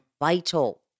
vital